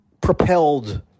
propelled